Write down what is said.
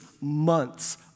months